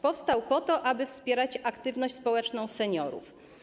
Powstał on po to, aby wspierać aktywność społeczną seniorów.